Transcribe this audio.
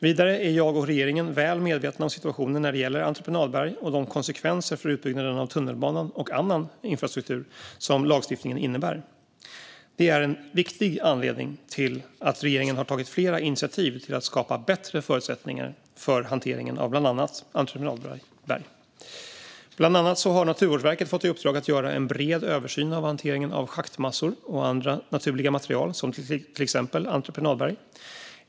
Vidare är jag och regeringen väl medvetna om situationen när det gäller entreprenadberg och de konsekvenser för utbyggnaden av tunnelbanan och annan infrastruktur som lagstiftningen innebär. Det är en viktig anledning till att regeringen har tagit flera initiativ till att skapa bättre förutsättningar för hanteringen av bland annat entreprenadberg. Bland annat har Naturvårdsverket fått i uppdrag att göra en bred översyn av hanteringen av schaktmassor och andra naturliga material som till exempel entreprenadberg.